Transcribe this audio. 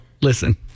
Listen